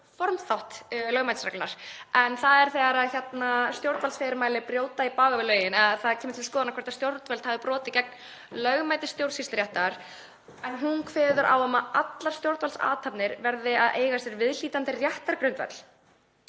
formþátt lögmætisreglunnar, en það er þegar stjórnvaldsfyrirmæli brjóta í bága við lögin, eða það kemur til skoðunar hvort stjórnvöld hafi brotið gegn lögmæti stjórnsýsluréttar, en hún kveður á um að allar stjórnvaldsathafnir verði að eiga sér viðhlítandi réttargrundvöll.